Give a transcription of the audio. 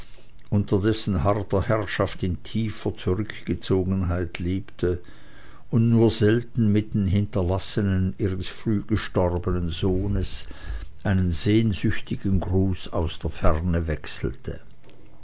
dessen harter herrschaft in tiefer zurückgezogenheit lebte und nur selten mit den hinterlassenen ihres früh gestorbenen sohnes einen sehnsüchtigen gruß aus der ferne wechselte